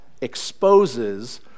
exposes